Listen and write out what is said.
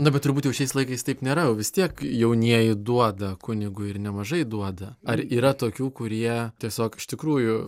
nu bet turbūt jau šiais laikais taip nėra jau vis tiek jaunieji duoda kunigui ir nemažai duoda ar yra tokių kurie tiesiog iš tikrųjų